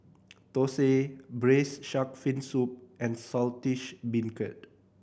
thosai Braised Shark Fin Soup and Saltish Beancurd